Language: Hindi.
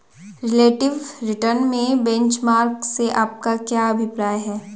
रिलेटिव रिटर्न में बेंचमार्क से आपका क्या अभिप्राय है?